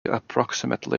approximately